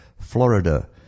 Florida